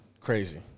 crazy